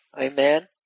Amen